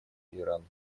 иран